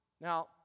Now